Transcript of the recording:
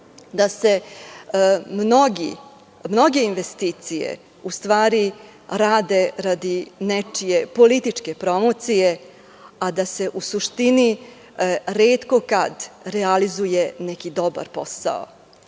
da se mnoge investicije rade radi nečije političke promocije, a da se u suštini retko kad realizuje neki dobar posao. Volela